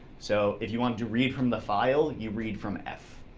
so if you want to read from the file, you read from f.